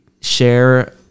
share